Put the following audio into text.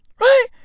Right